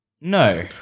No